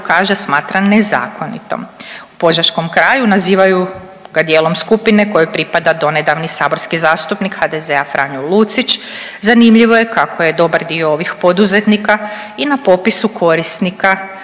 kaže, smatra nezakonitom. U požeškom kraju nazivaju ga dijelom skupine kojoj pripada donedavni saborski zastupnik HDZ-a Franjo Lucić, zanimljivo je kako je dobar dio ovih poduzetnika i na popisu korisnika